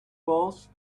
polls